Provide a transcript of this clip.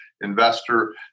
investor